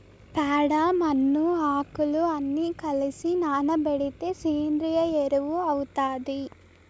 ప్యాడ, మన్ను, ఆకులు అన్ని కలసి నానబెడితే సేంద్రియ ఎరువు అవుతాది